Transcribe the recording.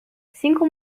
cinco